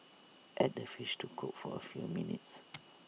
add the fish to cook for A few minutes